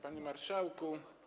Panie Marszałku!